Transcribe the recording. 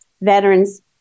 Veterans